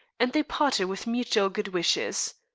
and they parted with mutual good wishes.